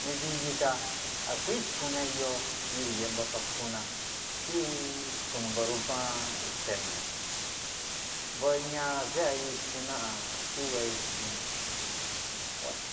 Umum ibvui iyita akai ifuna yɔɔ yiryɛ umbɔ aka afuna si ifuna mbɔ ru uba ifɛn num umbɔ anya agɛ ifuna ha asi wea ifunu